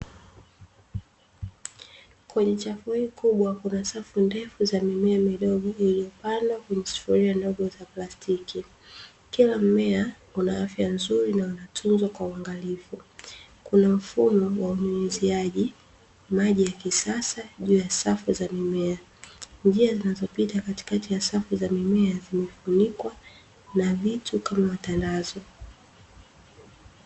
Kwenye chapu hii kubwa kuna safu ndefu ya mimea iliyopandwa kwenye sufuria ndogo za plastiki, kila mmea una afya nzuri na unatunzwa kwa uangalifu, kunamfumo wa unyunyuziaji maji ya kisasa juu ya safu za mimea, njia zinazopita katikati ya safu za mimea zinafunikwa na vitu kama matandazo.